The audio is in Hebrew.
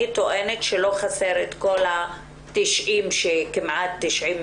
אני טוענת שלא חסר כל ה-90 מיליון.